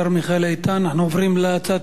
אנחנו עוברים להצעת האי-אמון הבאה,